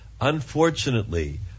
Unfortunately